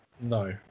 no